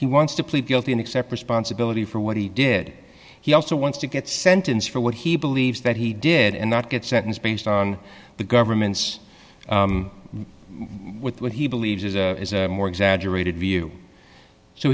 he wants to plead guilty and accept responsibility for what he did he also wants to get sentenced for what he believes that he did and not get sentenced based on the government's with what he believes is a more exaggerated view so